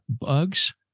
bugs